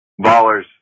Ballers